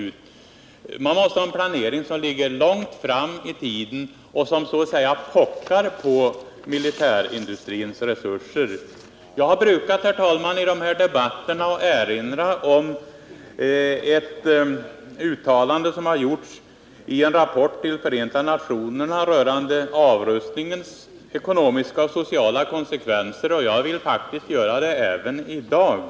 Man måste ha en Nr 114 planering som ligger långt fram i tiden och pockar på militärindustrins Onsdagen den SUIS: Å 28 mars 1979 Jag har i de här debatterna brukat erinra om ett uttalande som gjorts i en rapport till Förenta nationerna rörande avrustningens ekonomiska och sociala konsekvenser, och jag vill faktiskt göra det även i dag.